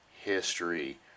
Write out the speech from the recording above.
history